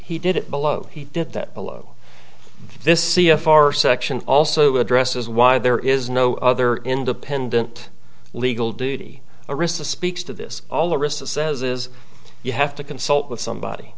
he did it below he did that below this c f r section also addresses why there is no other independent legal duty arista speaks to this all aristos says is you have to consult with somebody